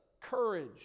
courage